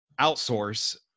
outsource